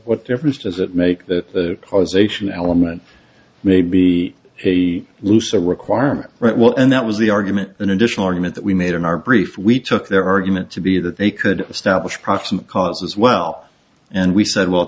what difference does it make that causation element may be a looser requirement right well and that was the argument an additional argument that we made in our brief we took their argument to be that they could establish proximate cause as well and we said well it